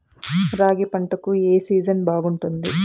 రాగి పంటకు, ఏ సీజన్ బాగుంటుంది?